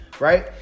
Right